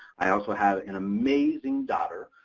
i also have an amazing daughter.